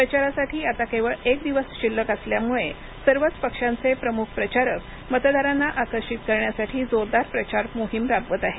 प्रचारासाठी आता केवळ एक दिवस शिल्लक असल्यामुळे सर्वच पक्षांचे प्रमुख प्रचारक मतदारांना आकर्षित करण्यासाठी जोरदार प्रचार मोहीम राबवत आहेत